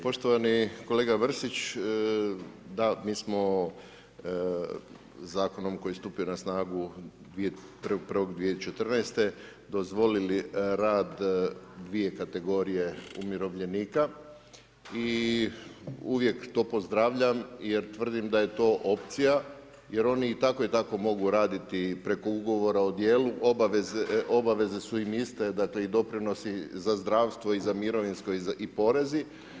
Poštovani kolega Mrsić, da, mi smo zakonom koji je stupio na snagu 1.1.2014. dozvolili rad 2 kategorije umirovljenika i uvijek to pozdravljam jer tvrdim da je to opcija jer oni i tako i tako mogu raditi i preko ugovora o djelu, obaveze su im iste dakle i doprinosi za zdravstvo i za mirovinsko i porezi.